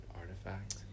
Artifact